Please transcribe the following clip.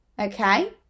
okay